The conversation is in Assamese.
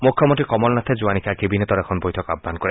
মুখ্যমন্ত্ৰী কমল নাথে যোৱা নিশা কেবিনেটৰ এখন বৈঠক আহান কৰে